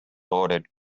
ordered